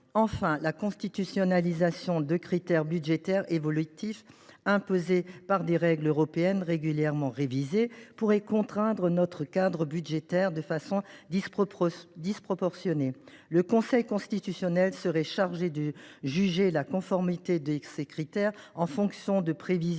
Enfin, la constitutionnalisation de critères budgétaires évolutifs imposés par des règles européennes régulièrement révisées pourrait contraindre notre cadre budgétaire de façon disproportionnée. Le Conseil constitutionnel serait chargé de juger la conformité de ces critères en fonction de prévisions,